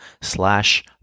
slash